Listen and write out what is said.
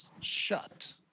shut